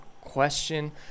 question